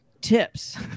tips